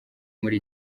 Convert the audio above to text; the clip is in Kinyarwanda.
muri